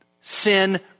sin